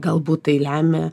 galbūt tai lemia